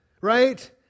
right